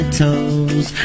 toes